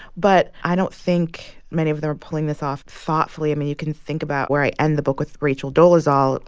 but i don't think many of them are pulling this off thoughtfully. i mean, you can think about where i end the book with rachel dolezal.